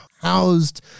housed